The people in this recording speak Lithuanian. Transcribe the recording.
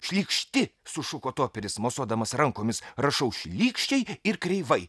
šlykšti sušuko toperis mosuodamas rankomis rašau šlykščiai ir kreivai